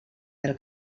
del